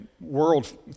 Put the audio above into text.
world